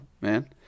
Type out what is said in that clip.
man